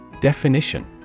Definition